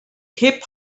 hip